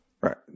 Right